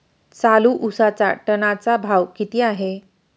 चालू उसाचा टनाचा भाव किती आहे?